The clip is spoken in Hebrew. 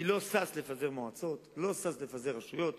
אני לא שש לפזר מועצות, אני לא שש לפזר רשויות,